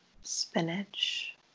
spinach